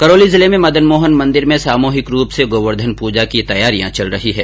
करौली जिले में मदन मोहन मन्दिर में सामूहिक रूप से गोवर्धन पूजा की तैयारियां चल रही है